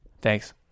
Thanks